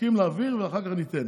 תסכים להעביר ואחר כך ניתן.